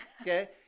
Okay